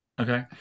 Okay